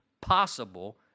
possible